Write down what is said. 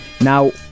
Now